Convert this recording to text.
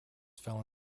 fell